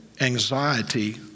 anxiety